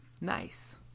Nice